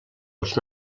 als